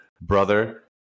brother